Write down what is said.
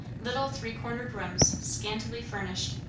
little three-cornered rooms, scantily furnished.